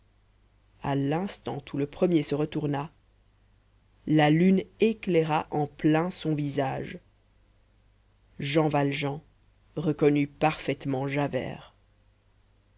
à l'instant où le premier se retourna la lune éclaira en plein son visage jean valjean reconnut parfaitement